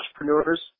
entrepreneurs